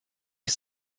ich